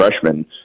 freshmen